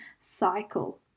cycle